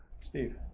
Steve